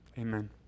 Amen